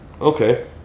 Okay